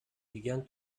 began